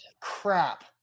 Crap